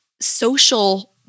social